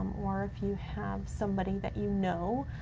or if you have somebody that you know,